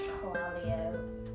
claudio